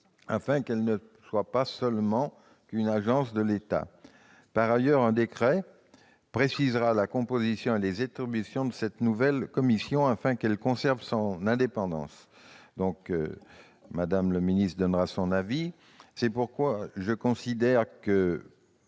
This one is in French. afin qu'elle ne soit pas seulement une agence de l'État. Par ailleurs, un décret précisera la composition et les attributions de cette nouvelle commission afin qu'elle conserve son indépendance. Je considère que cet amendement est satisfait à